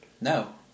No